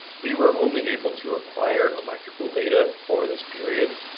we were only able to acquire electrical data for this period.